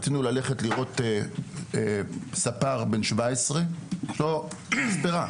רצינו ללכת לראות ספר בן שבע עשרה, יש לו מספרה.